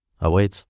awaits